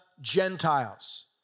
Gentiles